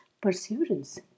perseverance